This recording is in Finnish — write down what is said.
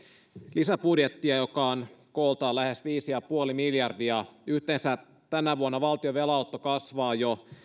lisäbudjettia joka on kooltaan lähes viisi pilkku viisi miljardia yhteensä tänä vuonna valtion velanotto kasvaa jo